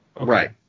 Right